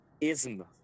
ism